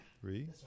three